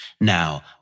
Now